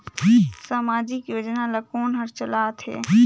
समाजिक योजना ला कोन हर चलाथ हे?